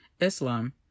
Islam